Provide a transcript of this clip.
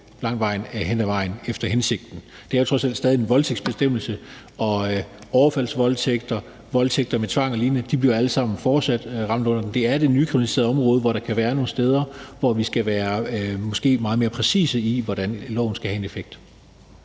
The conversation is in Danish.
virker jo hen ad vejen efter hensigten. Det er jo trods alt stadig en voldtægtsbestemmelse, og overfaldsvoldtægter, voldtægter med tvang og lignende vil jo alle sammen fortsat være omfattet af loven. Det er i forbindelse med det nye kriminaliserede område, at der kan være nogle steder, hvor vi måske skal være meget mere præcise, med hensyn til hvordan loven skal have en effekt.